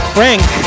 Frank